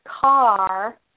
car